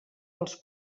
dels